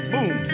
Boom